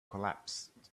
collapsed